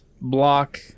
block